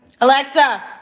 Alexa